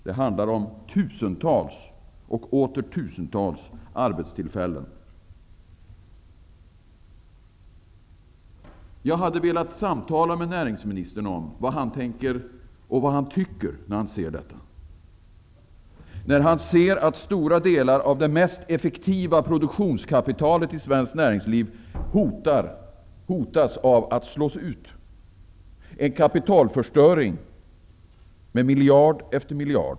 Det handlar om tusentals och åter tusentals arbetstillfällen. Jag hade velat samtala med näringsministern om vad han tänker och tycker när han ser detta, att stora delar av det mest effektiva produktionskapitalet i svenskt näringsliv hotas av utslagning. Det är en kapitalförstöring, miljard efter miljard.